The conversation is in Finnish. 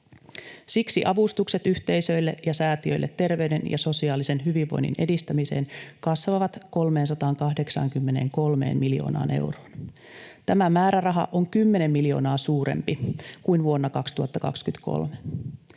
Siksi avustukset yhteisöille ja säätiöille terveyden ja sosiaalisen hyvinvoinnin edistämiseen kasvavat 383 miljoonaan euroon. Tämä määräraha on 10 miljoonaa suurempi kuin vuonna 2023.